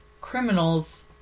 Criminals